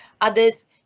Others